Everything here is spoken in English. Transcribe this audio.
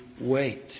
wait